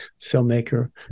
filmmaker